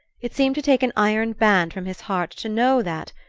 it seemed to take an iron band from his heart to know that,